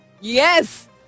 yes